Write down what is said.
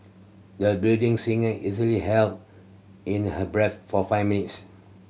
the budding singer easily held in her breath for five minutes